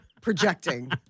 projecting